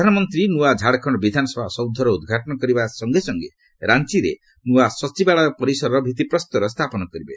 ପ୍ରଧାନମନ୍ତ୍ରୀ ନ୍ନଆ ଝାଡ଼ଖଣ୍ଡ ବିଧାନସଭା ସୌଧର ଉଦ୍ଘାଟନ କରିବା ସଙ୍ଗେ ସଙ୍ଗେ ରାଞ୍ଚିରେ ନୂଆ ସଚିବାଳୟ ପରିସରର ଭିତ୍ତିପ୍ରସ୍ତର ସ୍ଥାପନ କରିବେ